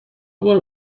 برو